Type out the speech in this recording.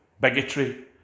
bigotry